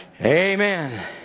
Amen